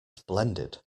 splendid